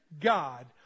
God